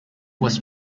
was